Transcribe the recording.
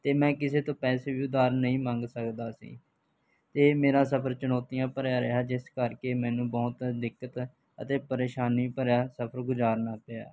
ਅਤੇ ਮੈਂ ਕਿਸੇ ਤੋਂ ਪੈਸੇ ਵੀ ਉਧਾਰ ਨਹੀਂ ਮੰਗ ਸਕਦਾ ਸੀ ਅਤੇ ਮੇਰਾ ਸਫ਼ਰ ਚੁਣੌਤੀਆਂ ਭਰਿਆ ਰਿਹਾ ਜਿਸ ਕਰਕੇ ਮੈਨੂੰ ਬਹੁਤ ਦਿੱਕਤ ਅਤੇ ਪਰੇਸ਼ਾਨੀ ਭਰਿਆ ਸਫ਼ਰ ਗੁਜ਼ਾਰਨਾ ਪਿਆ